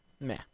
Nah